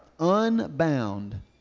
unbound